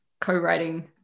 co-writing